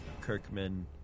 Kirkman